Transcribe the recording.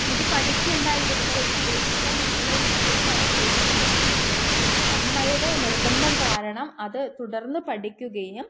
ഇത് പഠിക്കണ്ട ഇത് ഇവിടെ വെച്ച് ഉപേക്ഷിക്കാം എന്നുള്ളൊരു നിലയിൽ വരെ എത്തിയെങ്കിൽ പോലും അമ്മയുടെ നിർബന്ധം കാരണം അത് തുടർന്ന് പഠിക്കുകയും